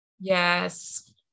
yes